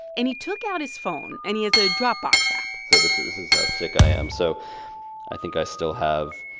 and he took out his phone, and he has a dropbox app so this is how ah sick i am. so i think i still have,